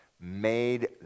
made